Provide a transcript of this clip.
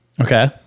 Okay